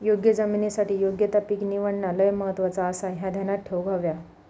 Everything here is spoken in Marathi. योग्य जमिनीसाठी योग्य ता पीक निवडणा लय महत्वाचा आसाह्या ध्यानात ठेवूक हव्या